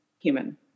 human